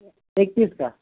کس چیز کا